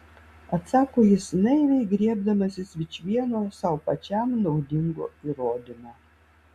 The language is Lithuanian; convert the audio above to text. atsako jis naiviai griebdamasis vičvieno sau pačiam naudingo įrodymo